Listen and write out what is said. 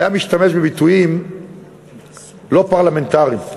היה משתמש בביטויים לא פרלמנטריים,